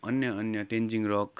अन्य अन्य तेन्जिङ रक